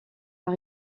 par